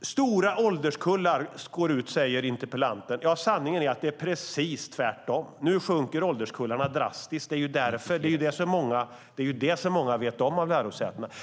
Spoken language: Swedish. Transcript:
att stora ålderskullar går ut. Sanningen är att det är precis tvärtom. Nu minskar ålderskullarna drastiskt. Det är det som många av lärosätena vet.